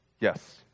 yes